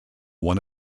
won